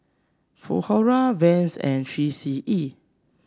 Vans and Three C E